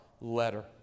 letter